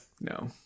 No